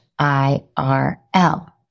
IRL